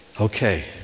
Okay